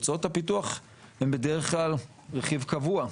הוצאות הפיתוח הן בדרך כלל רכיב קבוע.